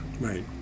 Right